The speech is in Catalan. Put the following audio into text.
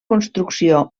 construcció